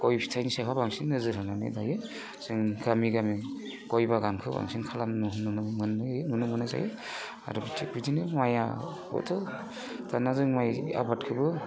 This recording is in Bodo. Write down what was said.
गय फिथाइनि सायाव बांसिन नोजोर होनानै दायो जों गामि गामि गय बागानखौ बांसिन खालामनायखौ नुनो मोननाय जायो आरो बिदिनो माइ आबादखौथ' दाना जों माइ आबादखौबो